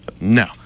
No